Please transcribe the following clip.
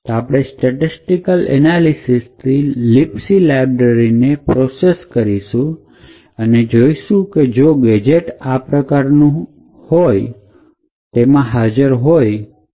તો આપણે statistical analysis થી libc લાઈબ્રેરી ને પ્રોસેસ કરીશું અને જોઈશું કે જો કોઈ ગેજેટ આ પ્રકારનું તેમાં હાજર હોય તો